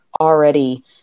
already